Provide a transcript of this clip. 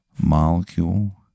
molecule